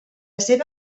seva